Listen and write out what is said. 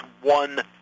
one